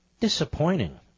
Disappointing